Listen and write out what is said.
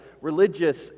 religious